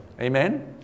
amen